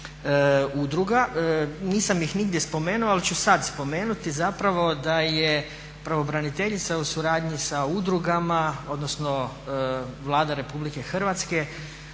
udruga, nisam ih nigdje spomenuo ali ću sad spomenuti zapravo da je pravobraniteljica u suradnji sa udrugama, odnosno Vlada RH uložila prošle